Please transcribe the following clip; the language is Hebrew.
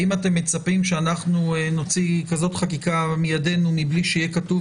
האם אתם מצפים שאנחנו נוציא כזאת חקיקה מידינו מבלי שיהיה כתוב